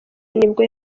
nibwo